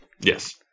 Yes